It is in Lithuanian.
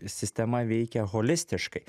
sistema veikia holistiškai